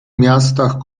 miastach